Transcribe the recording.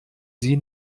sie